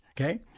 okay